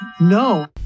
No